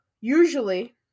Usually